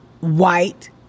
white